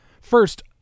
First